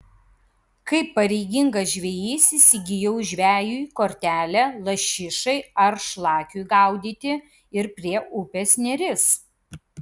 kaip pareigingas žvejys įsigijau žvejui kortelę lašišai ar šlakiui gaudyti ir prie upės neris